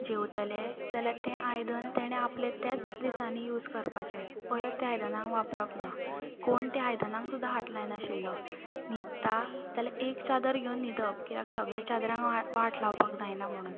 जेवतलें जाल्यार तें आयदन तेणें आपलें त्याच दिसांनी यूज करपाचें परत ते आयदनाक वापरप ना कोण तें आयदनांक सुद्दां हात लाय नाशिल्लो न्हिदता जाल्यार एक चादर घेवन न्हिदप कित्याक सगळे चादरांक हा वाट लावपाक जायना म्हुणून